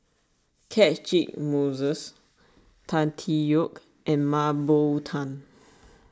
Catchick Moses Tan Tee Yoke and Mah Bow Tan